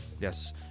Yes